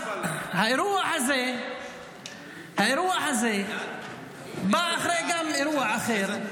האירוע הזה בא גם אחרי אירוע אחר,